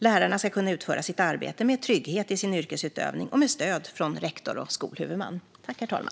Lärarna ska kunna utföra sitt arbete med trygghet i sin yrkesutövning och med stöd från rektor och skolhuvudman.